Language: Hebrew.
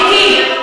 מיקי,